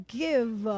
give